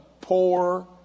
poor